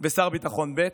ושר ביטחון ב'.